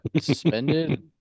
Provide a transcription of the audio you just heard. suspended